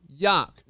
Yuck